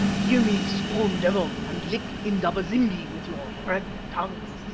hear me, storm devil, and lick indaba-zimbi with your red tongue!